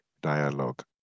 dialogue